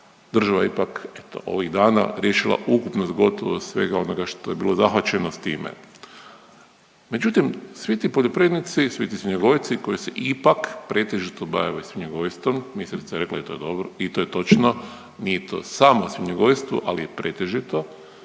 država je ipak eto ovih dana riješila ukupnost gotovo svega onoga što je bilo zahvaćeno s time. Međutim svi ti poljoprivrednici, svi ti svinjogojci koji se ipak pretežito bave svinjogojstvom, ministrica je rekla da je to dobro i to je točno, nije to samo svinjogojstvo ali je pretežito,